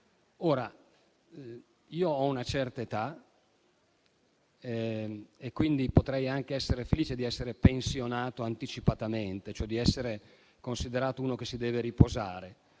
Ho una certa età e quindi potrei anche essere felice di essere pensionato anticipatamente, e cioè di essere considerato uno che si deve riposare.